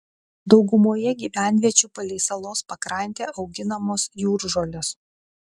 daugumoje gyvenviečių palei salos pakrantę auginamos jūržolės